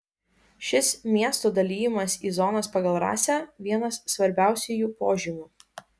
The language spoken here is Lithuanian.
šis miestų dalijimas į zonas pagal rasę vienas svarbiausiųjų požymių